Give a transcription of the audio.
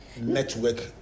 network